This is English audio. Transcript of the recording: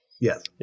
Yes